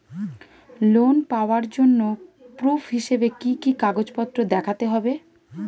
Loan পাওয়ার জন্য proof হিসেবে কি কি কাগজপত্র দেখাতে হবে?